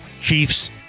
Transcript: Chiefs